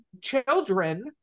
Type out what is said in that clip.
children